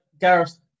Gareth